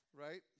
right